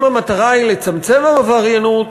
אם המטרה היא לצמצם עבריינות,